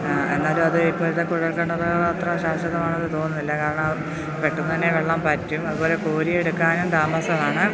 എന്നാലും അത് ഇപ്പോഴത്തെ കുഴൽക്കിണര് അത്ര ശാശ്വതമാണെന്ന് തോന്നുന്നില്ല കാരണം പെട്ടെന്നുതന്നെ വെള്ളം പറ്റും അതുപോലെ കോരിയെടുക്കാനും താമസമാണ്